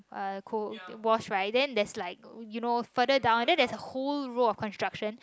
uh ko~ was right then there's like you know further down then there's a whole row of construction